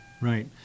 Right